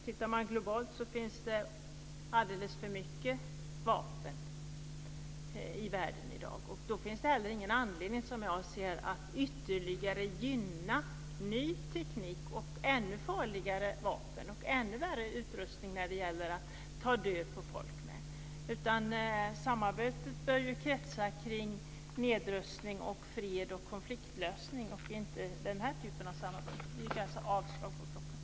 Tittar man globalt finns det alldeles för mycket vapen i världen i dag. Då finns det som jag ser det heller ingen anledning att ytterligare gynna ny teknik, ännu farligare vapen och ännu värre utrustning att ta död på folk med. Samarbetet bör kretsa kring nedrustning, fred och konfliktlösning, vilket inte den här typen av samarbete gör. Jag yrkar avslag på propositionen.